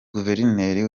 guverineri